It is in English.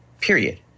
period